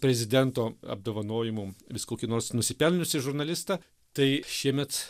prezidento apdovanojimu vis kokį nors nusipelniusį žurnalistą tai šiemet